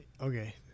Okay